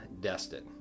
Destin